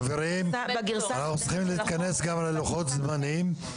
אבל חייבים לשנות את החקיקה.